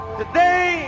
today